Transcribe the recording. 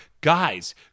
Guys